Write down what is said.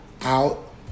out